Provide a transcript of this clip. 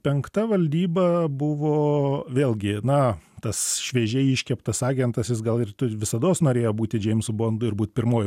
penkta valdyba buvo vėlgi na tas šviežiai iškeptas agentas jis gal ir visados norėjo būti džeimsu bondu ir būt pirmuoju